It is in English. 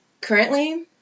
currently